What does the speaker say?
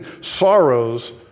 sorrows